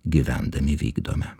gyvendami vykdome